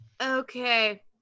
Okay